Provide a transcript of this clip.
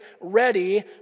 ready